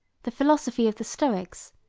the philosophy of the stoics,